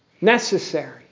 necessary